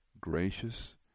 gracious